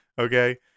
Okay